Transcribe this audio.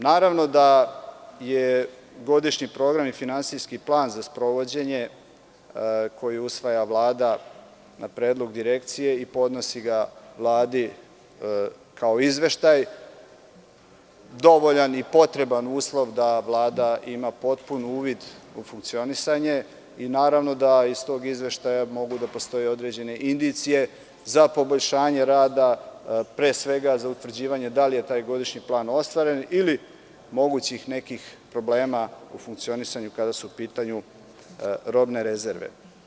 Naravno da je godišnji program i finansijski plan za sprovođenje, koji usvaja Vlada na predlog Direkcije i podnosi ga Vladi kao izveštaj, dovoljan i potreban uslov da Vlada ima potpun uvid u funkcionisanje i naravno da iz tog izveštaja mogu da postoje određene indicije za poboljšanje rada, pre svega za utvrđivanje da li je taj godišnji plan ostvaren ili mogućih nekih problema u funkcionisanju kada su u pitanju robne rezerve.